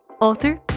author